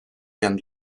and